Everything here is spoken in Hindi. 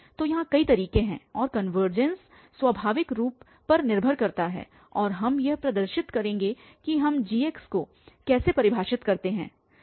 तो यहाँ कई तरीके हैं और कनवर्जेंस स्वाभाविक रूप पर निर्भर करेगा और हम यह प्रदर्शित करेंगे कि हम g को कैसे परिभाषित करते हैं